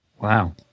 Wow